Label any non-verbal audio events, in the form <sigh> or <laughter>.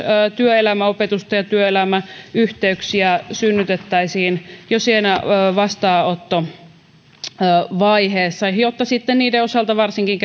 työelämäopetusta ja työelämäyhteyksiä synnytettäisiin jo siinä vastaanottovaiheessa jotta sitten niiden osalta varsinkin <unintelligible>